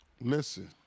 Listen